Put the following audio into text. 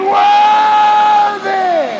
worthy